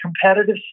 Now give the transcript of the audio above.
competitive